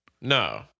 No